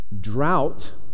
drought